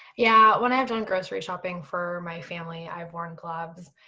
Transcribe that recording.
yeah, when i've done grocery shopping for my family, i've worn gloves.